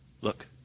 look